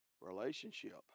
relationship